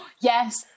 yes